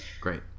great